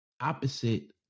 opposite